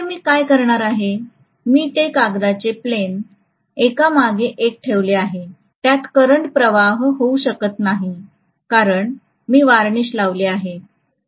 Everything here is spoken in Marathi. तर मी काय करणार आहे मी ती कागदाचे प्लॅन एकामागे एक ठेवले आहे त्यात करंट प्रवाह होऊ शकत नाही कारण मी वार्निश लावले आहे